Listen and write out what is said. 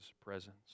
presence